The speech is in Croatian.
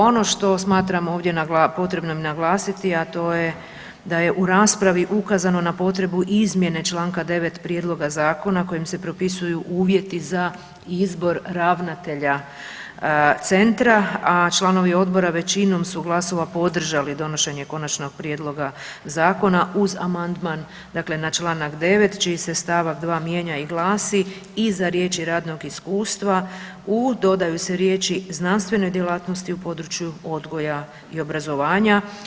Ono što smatramo ovdje potrebno naglasiti, a to je da je u raspravi ukazano na potrebu izmjene čl. 9 Prijedloga zakona kojim se propisuju uvjeti za izbor ravnatelja Centra, a članovi Odbora većinom su glasova podržali donošenje Konačnog prijedloga zakona uz amandman, dakle na čl. 9 čiji se st. 2 mijenja i glasi, iza riječi radnog iskustva u, dodaju se riječi, znanstvenoj djelatnosti u području odgoja i obrazovanja.